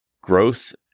growth